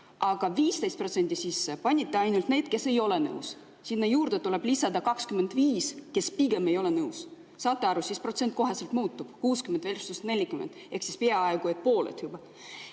aga 15% sisse panite ainult need, kes ei ole nõus. Sinna juurde tuleb lisada 25%, kes pigem ei ole nõus. Saate aru? Siis protsent kohe muutub, 60versus40 ehk siis peaaegu pooled. Täpselt